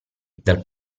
dal